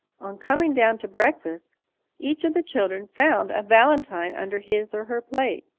on coming down to breakfast each of the children found a valentine under his or her plate.